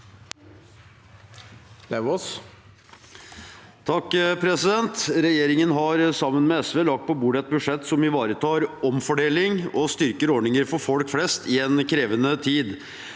(A) Regjeringen har sammen med SV lagt på bordet et budsjett som ivaretar omfordeling og styrker ordninger for folk flest i en krevende tid.